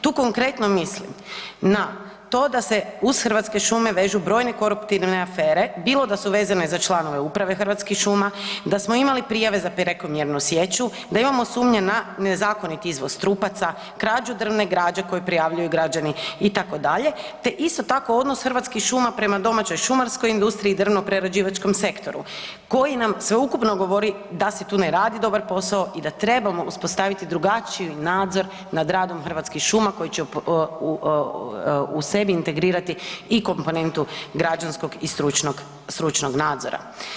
Tu konkretno mislim na to da se uz Hrvatske šume vežu brojne koruptivne afere bilo da su veze za članove uprave Hrvatskih šuma, da smo imali prijave za prekomjernu sječu, da imamo sumnje na nezakonit izvoz trupaca, krađu drvne građe koju prijavljuju građani itd. te isto tako odnos Hrvatskih šuma prema domaćoj šumarskoj industriji, drvno-prerađivačkom sektoru koji nam sveukupno govori da se tu ne radi dobar posao i da trebamo uspostaviti drugačiji nadzor nad radom Hrvatskih šuma koji će u sebi integrirati i komponentu građanskog i stručnog nadzora.